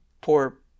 poor